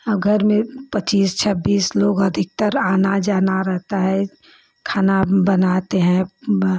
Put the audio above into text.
और घर में पच्चीस छब्बीस लोग अधिकतर आना जाना रहता है खाना बनाते हैं